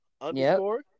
underscore